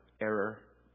error